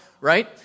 right